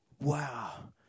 Wow